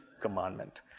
commandment